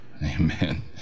Amen